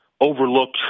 overlooked